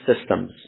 systems